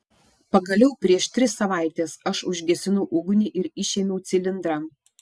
pagaliau prieš tris savaites aš užgesinau ugnį ir išėmiau cilindrą